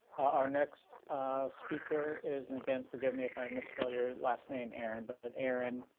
our next speaker is. and again, forgive me if i miss spell your last name, aaron, but and aaron.